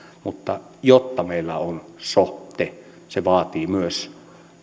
mutta jotta meillä on so te se vaatii myös